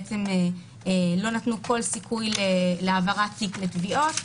שלא נתנו כל סיכוי להעברת תיק לתביעות.